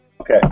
Okay